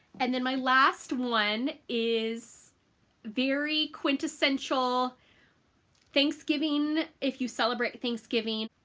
and then my last one is very quintessential thanksgiving if you celebrate thanksgiving.